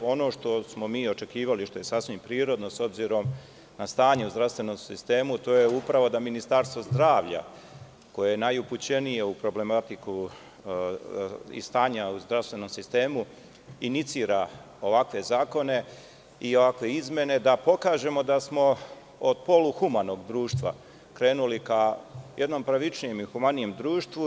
Ono što smo mi očekivali i što je sasvim prirodno, s obzirom na stanje u zdravstvenom sistemu, to je upravo da Ministarstvo zdravlja, koje je najupućenije u problematiku i stanje u zdravstvenom sistemu, inicira ovakve zakone i ovakve izmene, da pokažemo da smo od poluhumanog društva krenuli ka jednom pravičnijem i humanijem društvu.